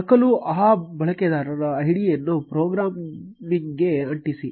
ನಕಲು ಆ ಬಳಕೆದಾರರ ಐಡಿಯನ್ನು ಪ್ರೋಗ್ರಾಂಗೆ ಅಂಟಿಸಿ